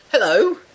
Hello